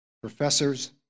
professors